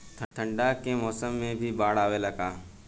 ठंडा के मौसम में भी बाढ़ आवेला का?